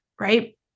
right